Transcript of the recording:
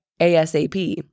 ASAP